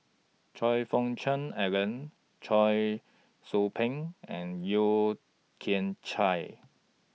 Choe Fook Cheong Alan Cheong Soo Pieng and Yeo Kian Chye